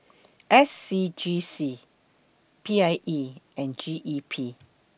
S C G C P I E and G E P